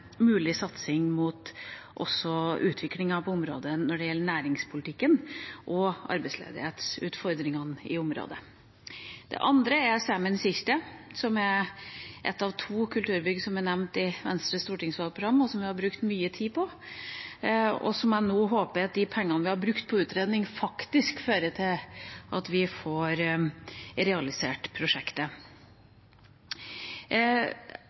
mulig satsing når det gjelder utviklingen på området – hva gjelder næringspolitikken og arbeidsledighetsutfordringene i området. Det andre er Saemien Sijte, som er ett av to kulturbygg som er nevnt i Venstres stortingsvalgprogram, og som vi har brukt mye tid på. Jeg håper nå at de pengene vi har brukt på utredning, faktisk fører til at vi får realisert prosjektet.